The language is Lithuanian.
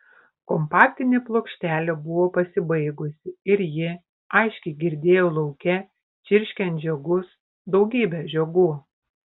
kompaktinė plokštelė buvo pasibaigusi ir ji aiškiai girdėjo lauke čirškiant žiogus daugybę žiogų